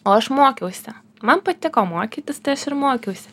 o aš mokiausi man patiko mokytis ir mokiausi